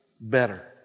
better